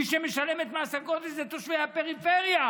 מי שמשלם את מס הגודש זה תושבי הפריפריה.